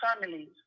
families